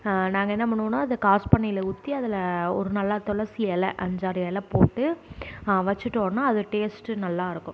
நாங்கள் என்ன பண்ணுவோன்னால் அதை காஸ்பானையில் ஊற்றி அதில் ஒரு நல்ல துளசி இல அஞ்சாறு இல போட்டு வச்சுட்டோன்னா அதோட டேஸ்ட்டு நல்லாயிருக்கும்